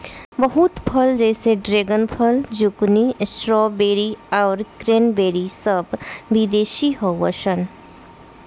बहुत फल जैसे ड्रेगन फल, ज़ुकूनी, स्ट्रॉबेरी आउर क्रेन्बेरी सब विदेशी हाउअन सा